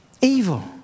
evil